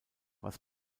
was